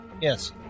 Yes